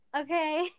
Okay